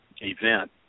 event